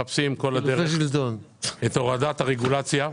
אנחנו מחפשים כל הדרך את הורדת הרגולציה.